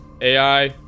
AI